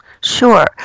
Sure